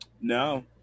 no